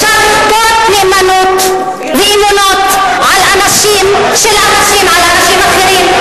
אפשר לכפות נאמנות ואמונות של אנשים על אנשים אחרים.